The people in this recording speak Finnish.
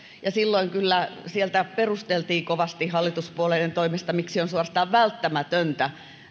ja silloin kyllä sieltä perusteltiin kovasti hallituspuolueiden toimesta miksi on suorastaan välttämätöntä